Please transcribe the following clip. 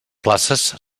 places